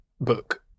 book